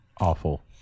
Awful